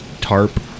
tarp